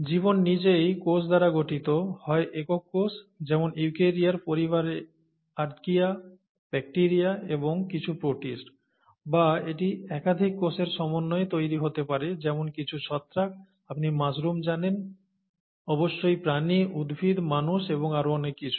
জীবন নিজেই কোষ দ্বারা গঠিত হয় একক কোষ যেমন ইউক্যারিয়ার পরিবারে আর্চিয়া ব্যাকটিরিয়া এবং কিছু প্রোটিস্ট বা এটি একাধিক কোষের সমন্বয়ে তৈরি হতে পারে যেমন কিছু ছত্রাক আপনি মাশরুমগুলি জানেন অবশ্যই প্রাণী উদ্ভিদ মানুষ এবং আরও অনেক কিছু